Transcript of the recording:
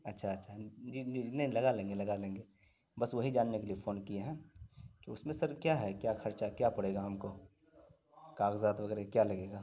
اچھا اچھا جی جی جی نہیں لگا لیں گے لگا لیں گے بس وہی جاننے کے لیے فون کیے ہیں کہ اس میں سر کیا ہے کیا خرچہ کیا پڑے گا ہم کو کاغذات وغیرہ کیا لگے گا